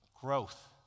growth